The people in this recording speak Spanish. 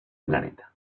planeta